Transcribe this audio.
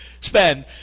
spend